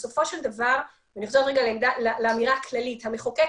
בסופו של דבר אני אחזור לאמירה הכללית המחוקק